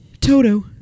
Toto